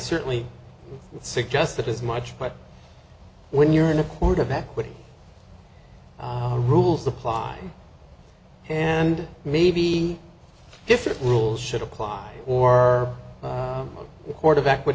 certainly suggest that as much but when you're in a court of equity the rules apply and maybe different rules should apply or quarterback wh